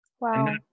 Wow